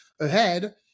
ahead